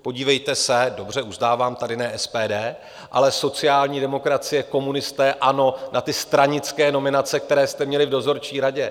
Podívejte se dobře, uznávám, tady ne SPD, ale sociální demokracie, komunisté, ANO na ty stranické nominace, které jste měli v dozorčí radě.